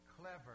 clever